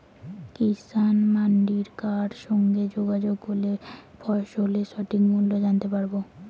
কিষান মান্ডির কার সঙ্গে যোগাযোগ করলে ফসলের সঠিক মূল্য জানতে পারবো?